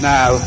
Now